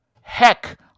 heck